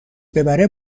ببره